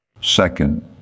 Second